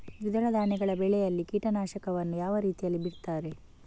ದ್ವಿದಳ ಧಾನ್ಯಗಳ ಬೆಳೆಯಲ್ಲಿ ಕೀಟನಾಶಕವನ್ನು ಯಾವ ರೀತಿಯಲ್ಲಿ ಬಿಡ್ತಾರೆ?